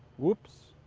whoops.